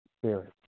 spirit